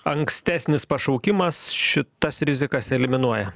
ankstesnis pašaukimas šitas rizikas eliminuoja